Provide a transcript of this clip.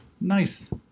nice